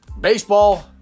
baseball